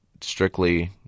strictly